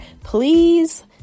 please